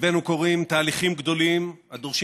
סביבנו קורים תהליכים גדולים הדורשים